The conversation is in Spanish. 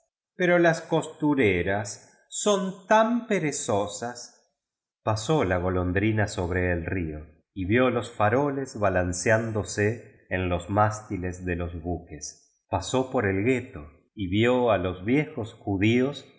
pero las costureras son tan perezosas pasó la golondrina sobre el rio y vió los faroles balanceándose en los mástiles de los buques pasó por el ghetto y vió a los viejos judíos